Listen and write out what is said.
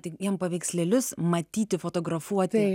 tik jiem paveikslėlius matyti fotografuoti